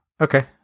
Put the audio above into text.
okay